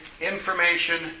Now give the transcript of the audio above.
information